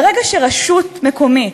ברגע שרשות מקומית,